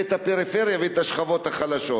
ואת הפריפריה ואת השכבות החלשות.